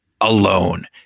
alone